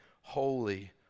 holy